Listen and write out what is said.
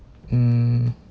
mm